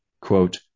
Quote